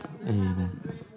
Amen